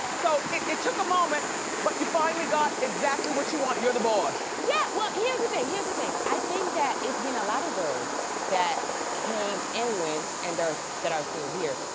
it took a moment but you finally got exactly what you want, you're the boss. yeah. well here's the thing, here's the thing. i think that it's been a lot of girls that came and went and that are still here.